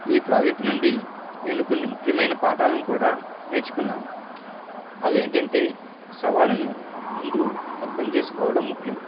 ఈ ప్రాజెక్ట్ నుండి నేను కొన్ని ముఖ్యమైన పాఠాలను కూడా నేర్చుకున్నాను అవి ఏంటి అంటే సవాలును ముందు అర్థం చేసుకోవడం ముఖ్యం